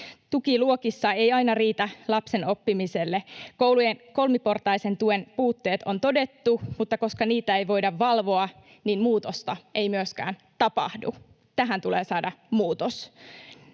Tuki luokissa ei aina riitä lapsen oppimiselle. Koulujen kolmiportaisen tuen puutteet on todettu, mutta koska niitä ei voida valvoa, niin muutosta ei myöskään tapahdu. Tähän tulee saada muutos.